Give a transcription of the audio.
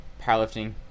powerlifting